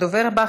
הדובר הבא,